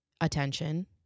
attention